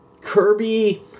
Kirby